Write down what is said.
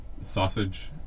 sausage